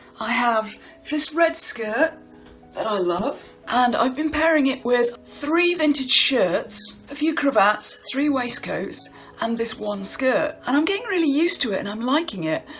i have this red skirt that i love and i've been pairing it with three vintage shirts, a few cravats, three waistcoats and this one skirt and i'm getting really used to it and i'm liking it.